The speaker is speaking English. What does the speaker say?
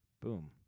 Boom